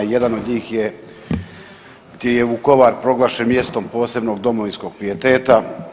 Jedan od njih je gdje je Vukovar proglašen mjestom posebnog domovinskog pijeteta.